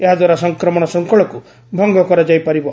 ଏହାଦ୍ୱାରା ସଂକ୍ରମଣ ଶୃଙ୍ଖଳକୁ ଭଙ୍ଗ କରାଯାଇ ପାରିବ